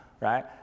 right